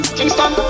Kingston